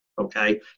okay